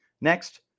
Next